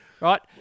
Right